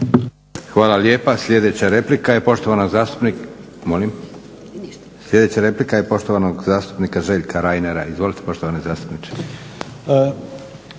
Hvala lijepa. Sljedeća replika je poštovanog zastupnika Željka Reinera. Izvolite poštovani zastupniče.